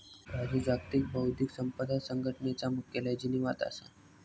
राजू जागतिक बौध्दिक संपदा संघटनेचा मुख्यालय जिनीवात असा